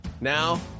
Now